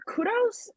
Kudos